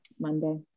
Monday